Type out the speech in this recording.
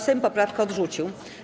Sejm poprawkę odrzucił.